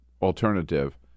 alternative